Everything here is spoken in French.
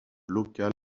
locale